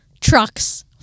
trucks